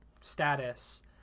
status